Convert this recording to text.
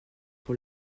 pour